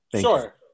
Sure